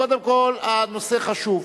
קודם כול הנושא חשוב.